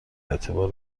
اعتبار